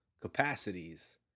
capacities